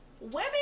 women